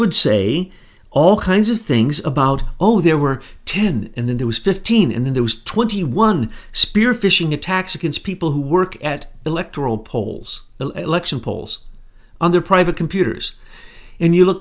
would say all kinds of things about oh there were ten and then there was fifteen and then there was twenty one spear phishing attacks against people who work at electoral polls election polls on their private computers and you look